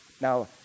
Now